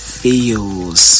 feels